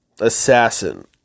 assassin